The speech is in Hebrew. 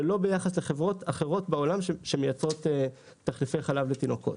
ולא ביחס לחברות אחרות בעולם שמייצרות תחליפי חלב לתינוקות.